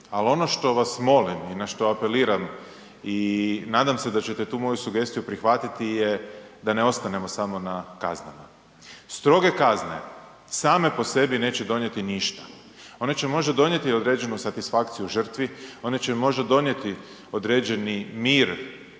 Ali ono što vas molim i na što apeliram i nadam se da ćete tu moju sugestiju prihvatiti da ne ostanemo samo na kaznama. Stroge kazne same po sebi neće donijeti ništa. One će možda donijeti određenu satisfakciju žrtvi, one će možda donijeti određeni mir